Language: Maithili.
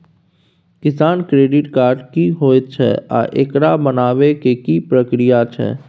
किसान क्रेडिट कार्ड की होयत छै आ एकरा बनाबै के की प्रक्रिया छै?